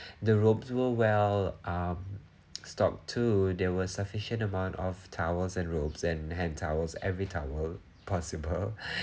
the robes were well um stocked too there were sufficient amount of towels and robes and hand towels every towel possible